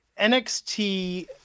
NXT